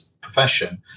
profession